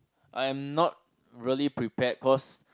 I'm not really prepared cause